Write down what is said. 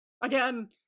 Again